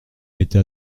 été